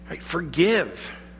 Forgive